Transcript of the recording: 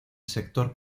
sector